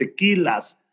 tequilas